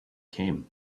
came